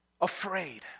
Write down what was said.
Afraid